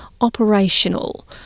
operational